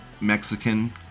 Mexican